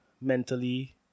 mentally